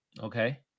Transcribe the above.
Okay